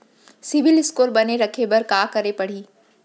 CIBIL score बने रखे बर का करे पड़ही?